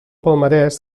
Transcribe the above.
palmarès